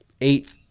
eight